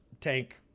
tank